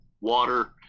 water